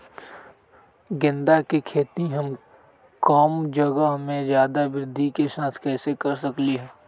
गेंदा के खेती हम कम जगह में ज्यादा वृद्धि के साथ कैसे कर सकली ह?